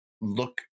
look